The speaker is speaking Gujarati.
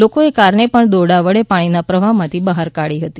લોકોએ કારને પણ દોરડા વડે પાણીના પ્રવાહમાંથી બહાર કાઢી હતી